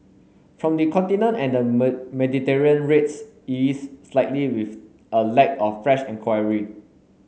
from the Continent and Mediterranean rates eased slightly with a lack of fresh enquiry